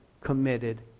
committed